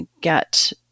get